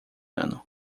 ano